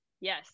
yes